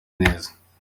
neza